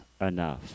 enough